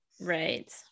right